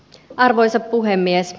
arvoisa puhemies